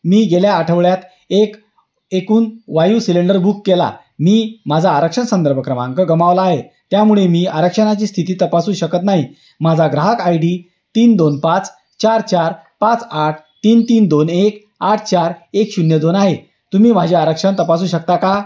मी गेल्या आठवड्यात एक एकूण वायू सिलेंडर बुक केला मी माझा आरक्षण संदर्भ क्रमांक गमावला आहे त्यामुळे मी आरक्षणाची स्थिती तपासू शकत नाही माझा ग्राहक आय डी तीन दोन पाच चार चार पाच आठ तीन तीन दोन एक आठ चार एक शून्य दोन आहे तुम्ही माझे आरक्षण तपासू शकता का